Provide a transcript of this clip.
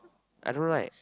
I don't like